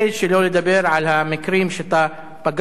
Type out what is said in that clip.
שלא לדבר על המקרים שאתה פגשת,